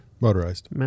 motorized